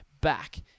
back